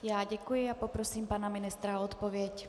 Já děkuji a poprosím pana ministra o odpověď.